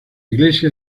iglesia